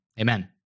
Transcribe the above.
Amen